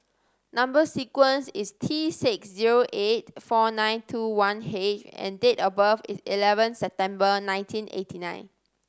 number sequence is T six zero eight four nine two one H and date of birth is eleven September nineteen eighty nine